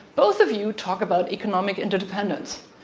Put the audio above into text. both of you talk about economic interdependence.